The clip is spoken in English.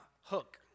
Hook